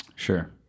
Sure